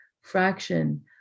fraction